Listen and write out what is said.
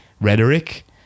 rhetoric